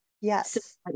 Yes